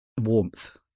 warmth